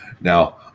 now